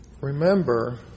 Remember